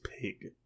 Pig